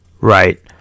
Right